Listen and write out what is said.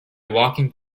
walking